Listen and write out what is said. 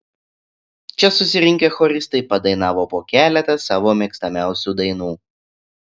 čia susirinkę choristai padainavo po keletą savo mėgstamiausių dainų